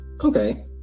okay